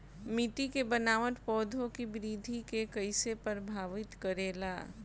मिट्टी के बनावट पौधों की वृद्धि के कईसे प्रभावित करेला?